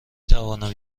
توانم